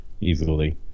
easily